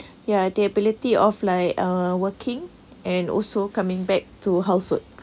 ya the ability of like uh working and also coming back to housework